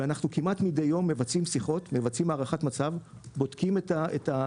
ואנחנו מבצעים שיחות והערכת מצב כמעט מדי יום.